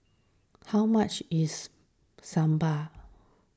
how much is Sambar